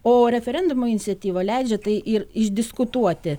o referendumo iniciatyva leidžia tai ir išdiskutuoti